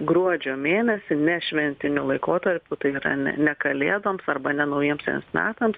gruodžio mėnesį nešventiniu laikotarpiu tai yra ne ne kalėdoms arba ne naujiemsiems metams